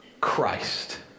Christ